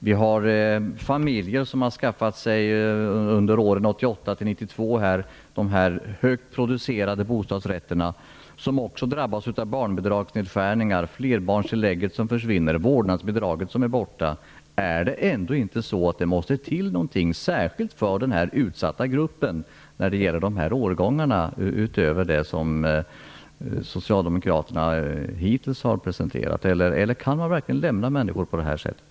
De familjer som under åren 1988-1992 skaffade sig de dyrt producerade bostadsrätterna drabbas nu också av barnbidragsnedskärningar och borttagna flerbarnstillägg och vårdnadsbidrag. Måste man inte vidta särskilda åtgärder för den här utsatta gruppen, utöver det som Socialdemokraterna hittills har presenterat? Kan man verkligen lämna människor på det här sättet?